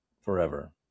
forever